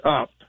up